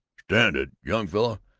stand it? young fella,